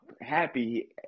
happy